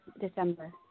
December